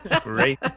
great